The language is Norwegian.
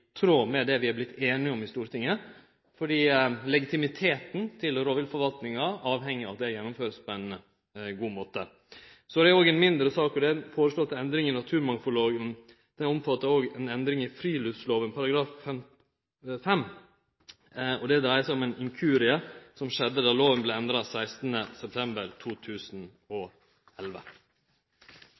tråd med det vi har vorte einige om i Stortinget, fordi legitimiteten til rovviltforvaltinga avheng av at det kan gjennomførast på ein god måte. Så er det òg ei mindre sak: den føreslegne endringa i naturmangfaldlova. Ho omfattar òg ei endring i friluftslova § 5. Det dreier seg om ein inkurie som skjedde då lova vart endra 16. september 2011.